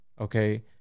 okay